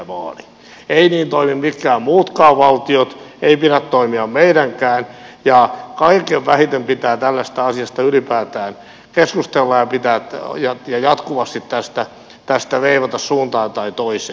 eivät niin toimi mitkään muutkaan valtiot ei pidä toimia meidänkään ja kaikkein vähiten pitää tällaisesta asiasta ylipäätään keskustella ja jatkuvasti tästä veivata suuntaan tai toiseen